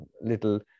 little